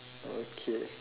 okay